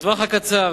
בטווח הקצר,